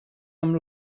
amb